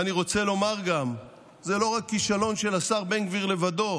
ואני גם רוצה לומר: זה לא כישלון של השר בן גביר לבדו,